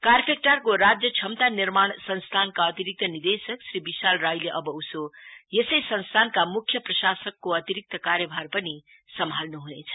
कार्रपेक्टारको राज्य क्षमता निर्माण सस्थानका अतिरिक्त निर्देशक श्री विशाल राईले अब उसो यसै सस्थानका मुख्य प्रशासकको अतिरिक्त कार्यभार पनि सम्हाल्नु हुनेछ